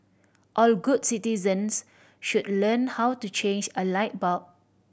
all good citizens should learn how to change a light bulb